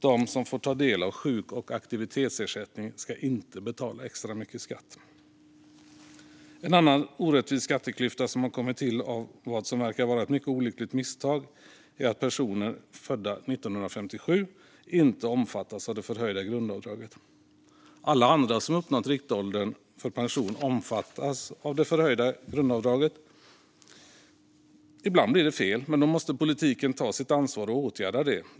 De som får ta del av sjuk och aktivitetsersättning ska inte betala extra mycket i skatt. En annan orättvis skatteklyfta som har kommit till av vad som verkar vara ett mycket olyckligt misstag är att personer födda 1957 inte omfattas av det förhöjda grundavdraget. Alla andra som uppnått riktåldern för pension omfattas av det förhöjda grundavdraget. Ibland blir det fel, men då måste politiken ta sitt ansvar och åtgärda det.